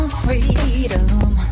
freedom